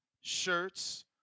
shirts